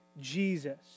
Jesus